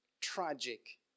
tragic